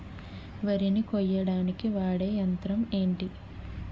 వరి ని కోయడానికి వాడే యంత్రం ఏంటి?